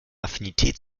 affinität